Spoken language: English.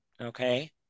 okay